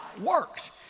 works